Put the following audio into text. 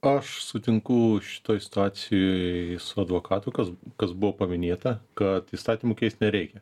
aš sutinku šitoj situacijoj su advokatu kas kas buvo paminėta kad įstatymų keist nereikia